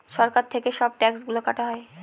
সরকার থেকে সব ট্যাক্স গুলো কাটা হয়